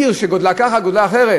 עיר שגודלה כזה, גודלה אחר.